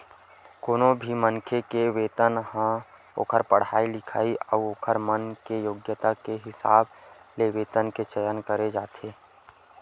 कोनो भी मनखे के वेतन ह ओखर पड़हाई लिखई अउ ओखर मन के योग्यता के हिसाब ले वेतन के चयन करे जाथे